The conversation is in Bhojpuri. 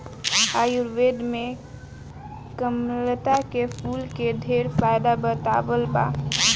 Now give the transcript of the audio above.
आयुर्वेद में कामलता के फूल के ढेरे फायदा बतावल बा